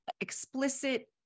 explicit